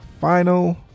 final